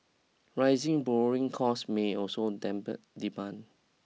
rising borrowing costs may also dampen demand